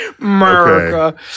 America